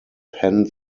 penn